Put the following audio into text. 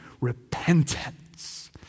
repentance